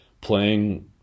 Playing